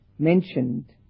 mentioned